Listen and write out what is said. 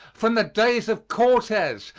from the days of cortez,